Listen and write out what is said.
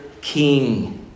King